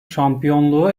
şampiyonluğu